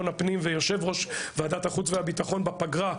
הפנים יושב ראש וועדת החוץ והביטחון בפגרה,